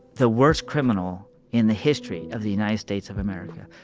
the worst criminal in the history of the united states of america.